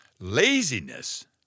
Laziness